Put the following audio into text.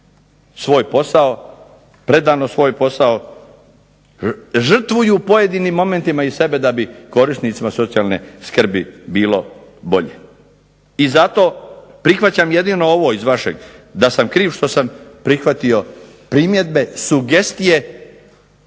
svoj posao, predano svoj posao, žrtvuju u pojedinim momentima i sebe da bi korisnicima socijalne skrbi bilo bolje. I zato prihvaćam jedino ovo iz vašeg, da sam kriv što sam prihvatio primjedbe, sugestije